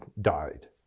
died